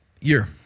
year